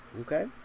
Okay